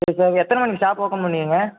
okay sir எத்தனை மணிக்கு shop open பண்ணுவீங்க